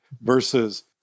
versus